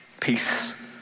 Peace